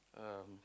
um